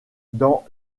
dans